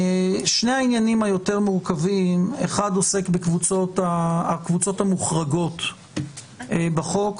שני העניינים היותר מורכבים אחד עוסק בקבוצות המוחרגות בחוק,